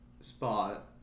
spot